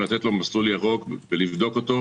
לתת לו מסלול ירוק ולבדוק אותו,